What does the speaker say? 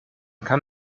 kann